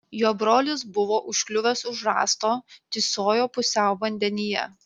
jo brolis buvo užkliuvęs už rąsto tysojo pusiau vandenyje